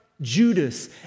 Judas